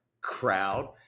crowd